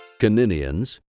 caninians